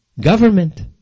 government